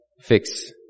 fix